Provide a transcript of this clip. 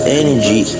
energy